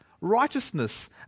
Righteousness